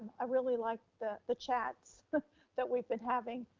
i really liked the the chats that we've been having.